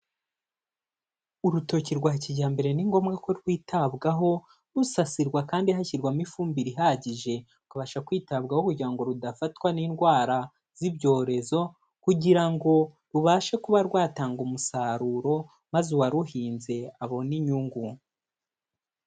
Urutoki rwa kijyambere ni ngombwa ko rwitabwaho, rusasirwa kandi hashyirwamo ifumbire ihagije, rukabasha kwitabwaho kugira ngo rudafatwa n'indwara z'ibyorezo, kugira ngo rubashe kuba rwatanga umusaruro maze uwaruhinze abone inyungu.